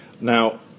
Now